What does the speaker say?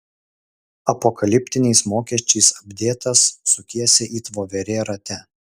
apokaliptiniais mokesčiais apdėtas sukiesi it voverė rate